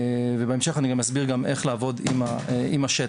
ובהמשך אני גם אסביר איך לעבוד עם השטח.